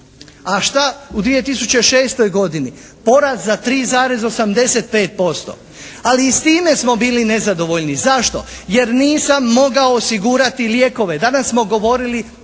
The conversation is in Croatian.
A šta u 2006. godini. Porast za 3,85%, ali i s time smo bili nezadovoljni. Zašto? Jer nisam mogao osigurati lijekove. Danas smo govorili